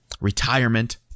retirement